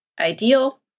ideal